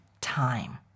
time